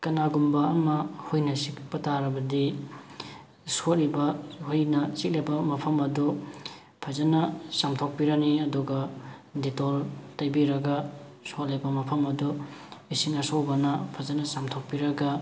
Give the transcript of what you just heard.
ꯀꯅꯥꯒꯨꯝꯕ ꯑꯃ ꯍꯨꯏꯅ ꯆꯤꯛꯄ ꯇꯥꯔꯕꯗꯤ ꯁꯣꯛꯂꯤꯕ ꯑꯩꯈꯣꯏꯅ ꯆꯤꯛꯂꯤꯕ ꯃꯐꯝ ꯑꯗꯨ ꯐꯖꯅ ꯆꯥꯝꯊꯣꯛꯄꯤꯔꯅꯤ ꯑꯗꯨꯒ ꯗꯤꯇꯣꯜ ꯇꯩꯕꯤꯔꯒ ꯁꯣꯛꯂꯤꯕ ꯃꯐꯝ ꯑꯗꯨ ꯏꯁꯤꯡ ꯑꯁꯧꯕꯅ ꯐꯖꯅ ꯆꯥꯝꯊꯣꯛꯄꯤꯔꯒ